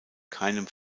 keinem